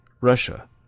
russia